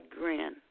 grin